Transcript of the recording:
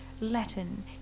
Latin